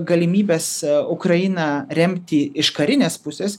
galimybės ukrainą remti iš karinės pusės